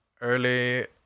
early